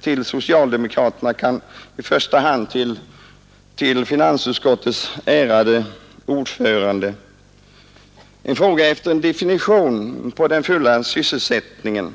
till socialdemokraterna, i första hand då till finansutskottets ärade ordförande: Hur definierar ni begreppet den fulla sysselsättningen?